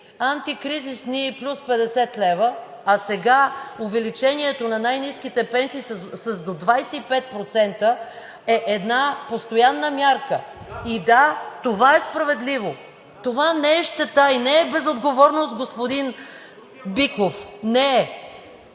антикризисни плюс 50 лв., а сега увеличението на най-ниските пенсии с до 25%, е една постоянна мярка. Да, това е справедливо! Това не е щета и не е безотговорност, господин Биков. Не е!